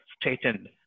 straightened